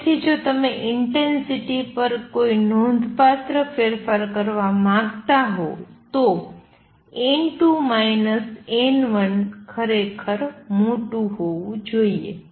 તેથી જો તમે ઇંટેંસિટી પર કોઈ નોંધપાત્ર ફેરફાર કરવા માંગતા હો તો ખરેખર મોટું હોવું જોઈએ